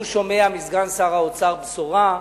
כשהוא שומע מסגן שר האוצר בשורה,